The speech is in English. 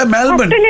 Melbourne